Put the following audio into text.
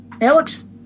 Alex